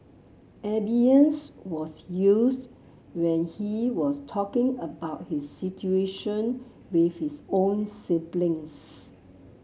abeyance was used when he was talking about his situation with his own siblings